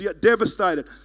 devastated